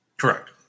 Correct